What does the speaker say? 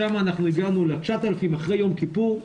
שם הגענו ל-9,000 אחרי יום כיפור.